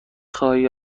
خواهی